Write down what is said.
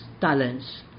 talents